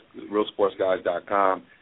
realsportsguys.com